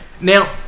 Now